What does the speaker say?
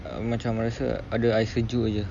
macam rasa ada air sejuk jer